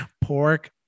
pork